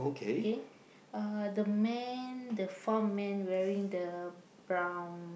okay uh the man the farm man wearing the brown okay